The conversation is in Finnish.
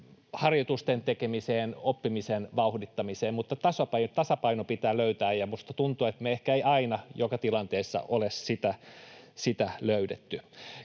harjoitusten tekemiseen, oppimisen vauhdittamiseen, mutta tasapaino pitää löytää, ja minusta tuntuu, että me ehkä emme aina, joka tilanteessa, ole sitä löytäneet.